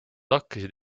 hakkasid